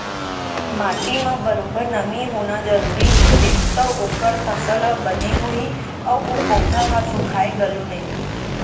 माटी म बरोबर नमी होना जरूरी होथे तव ओकर फसल ह बने होही अउ ओ पउधा ह सुखाय घलौ नई